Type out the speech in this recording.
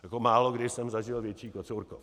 Jako málokdy jsem zažil větší Kocourkov.